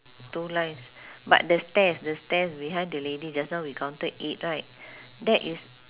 two lines but the stairs the stairs behind the lady just now we counted eight right that is